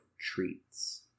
treats